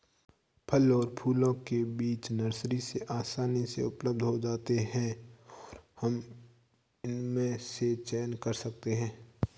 फल और फूलों के बीज नर्सरी में आसानी से उपलब्ध हो जाते हैं और हम इनमें से चयन कर सकते हैं